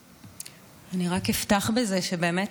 אני רק אפתח בזה שבאמת,